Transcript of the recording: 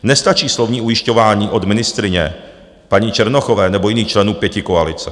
Nestačí slovní ujišťování od ministryně paní Černochové nebo jiných členů pětikoalice.